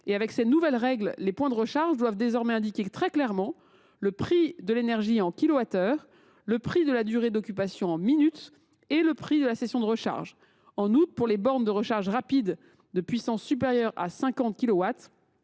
de ces nouvelles règles, les points de recharge doivent désormais indiquer très clairement le prix de l’énergie par kilowattheure, le prix de la durée d’occupation en minutes et le prix de la session de recharge. À partir du mois d’août, pour les bornes de recharge rapide d’une puissance supérieure à 50